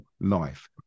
life